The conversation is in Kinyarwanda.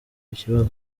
ikibazo